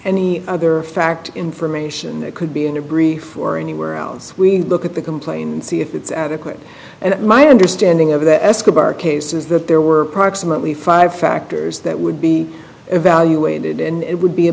any other fact information that could be in a brief or anywhere else we look at the complaint and see if it's adequate and my understanding of the escobar case is that there were proximately five factors that would be evaluated and it would be a